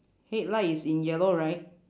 headlight is in yellow right